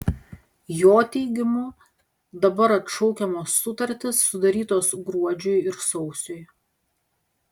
jo teigimu dabar atšaukiamos sutartys sudarytos gruodžiui ir sausiui